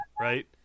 right